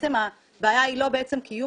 הבעיה היא לא בעצם קיום